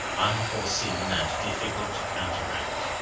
unforeseen, and difficult to counteract.